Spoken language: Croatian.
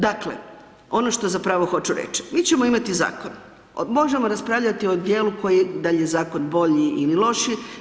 Dakle, ono što zapravo hoću reći, mi ćemo imati zakon, možemo raspravljati o djelu dal ' je zakon bolji ili lošiji.